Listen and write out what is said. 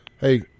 Hey